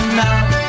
now